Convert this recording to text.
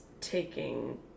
taking